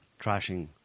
trashing